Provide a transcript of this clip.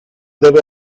debe